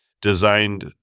designed